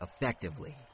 effectively